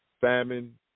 famine